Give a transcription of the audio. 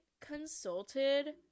consulted